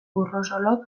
urrosolok